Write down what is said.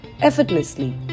effortlessly